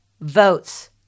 votes